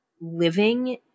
living